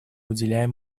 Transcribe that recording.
уделяем